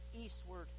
eastward